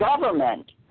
government